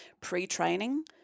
pre-training